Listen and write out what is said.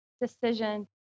decision